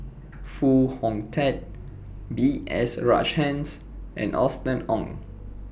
Foo Hong Tatt B S Rajhans and Austen Ong